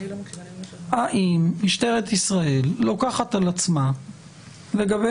האם משטרת ישראל לוקחת על עצמה לגבי